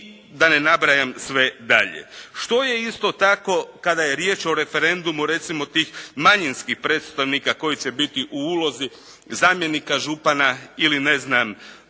da ne nabrajam sve dalje. Što je isto tako kada je riječ o referendumu tih manjinskih predstavnika koji će biti u ulozi zamjenika župana ili